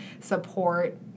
support